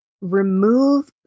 remove